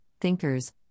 thinkers